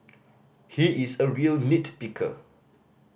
he is a real nit picker